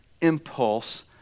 impulse